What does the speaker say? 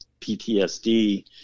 PTSD